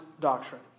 doctrine